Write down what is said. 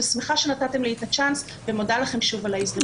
שמחה שנתתם לי את הצ'אנס ואני מודה לכם שוב על ההזדמנות.